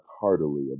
heartily